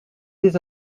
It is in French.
des